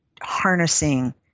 harnessing